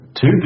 Two